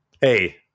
hey